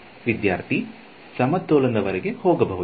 ವಿದ್ಯಾರ್ಥಿ ಸಮತೋಲನದವರೆಗೆ ಹೋಗಬಹುದು